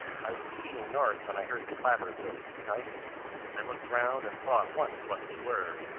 i was proceeding north when i heard the clatter of hoofs behind me i looked round and saw at once what they were,